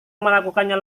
melakukannya